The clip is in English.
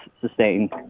sustain